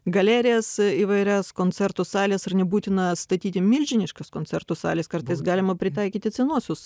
galerijas įvairias koncertų sales ir nebūtina statyti milžiniškas koncertų sales kartais galima pritaikyti senuosius